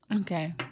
Okay